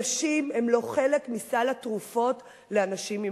נשים הן לא חלק מסל התרופות לאנשים עם